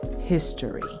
history